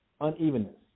unevenness